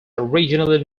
originally